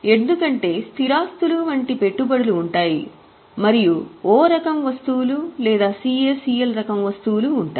ఎందుకంటే స్థిర ఆస్తులు వంటి పెట్టుబడులు ఉంటాయి మరియు O రకం వస్తువులు లేదా CACL రకం వస్తువులు ఉంటాయి